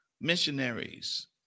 missionaries